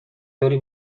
طوری